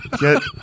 Get